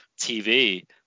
TV